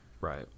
Right